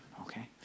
okay